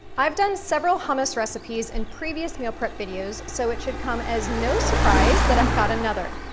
i've done several hummus recipes in previous meal prep videos, so it should come as no surprise that i've got another.